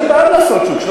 אני בעד לעשות שוק,